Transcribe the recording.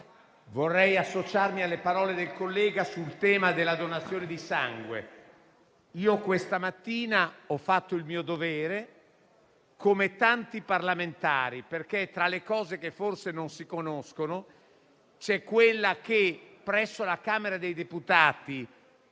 vorrei associarmi alle parole del collega, senatore Mautone, sul tema della donazione di sangue. Questa mattina ho fatto il mio dovere, come tanti parlamentari, perché tra le cose che forse non si conoscono c'è il fatto che, presso la Camera dei deputati,